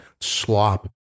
slop